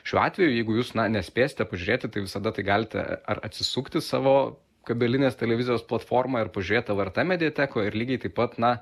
šiuo atveju jeigu jūs na nespėsite pažiūrėti tai visada tai galite ar atsisukti savo kabelinės televizijos platformoj ir pažiūrėt lrt mediatekoj ir lygiai taip pat na